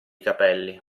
capelli